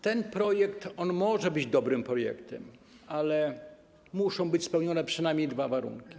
Ten projekt może być dobrym projektem, ale muszą być spełnione przynajmniej dwa warunki.